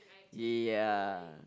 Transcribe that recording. ya